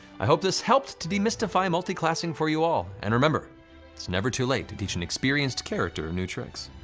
i hope this helped to demystify multiclassing for you all, and remember it's never too late to teach an experienced character new tricks.